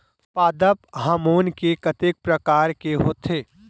पादप हामोन के कतेक प्रकार के होथे?